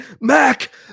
mac